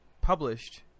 published